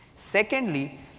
Secondly